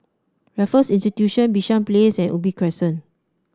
Raffles Institution Bishan Place and Ubi Crescent